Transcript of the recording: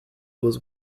was